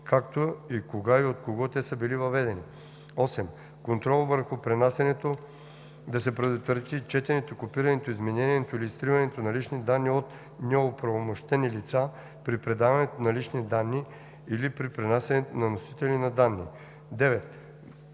както и кога и от кого те са били въведени; 8. контрол върху пренасянето – да се предотврати четенето, копирането, изменянето или изтриването на лични данни от неоправомощени лица при предаването на лични данни или при пренасянето на носители на данни; 9.